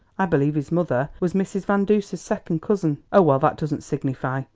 i believe his mother was mrs. van duser's second cousin. oh, well, that doesn't signify.